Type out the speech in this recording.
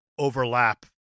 overlap